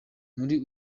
muri